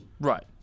Right